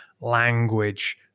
language